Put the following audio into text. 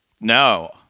No